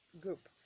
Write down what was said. group